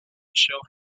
show